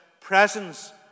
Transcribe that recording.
presence